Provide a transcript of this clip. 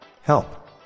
Help